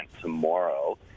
tomorrow